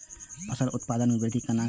फसल उत्पादन में वृद्धि केना हैं?